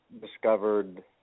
discovered